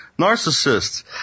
narcissists